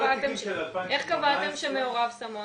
איך קבעתם שמעורב סם אונס?